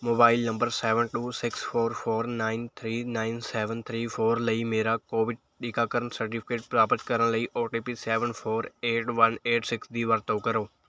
mobile number seven two six four four nine three nine seven three four ਲਈ ਮੇਰਾ Covid ਟੀਕਾਕਰਨ certificate ਪ੍ਰਾਪਤ ਕਰਨ ਲਈ O T P seven four eight one eight six ਦੀ ਵਰਤੋਂ ਕਰੋ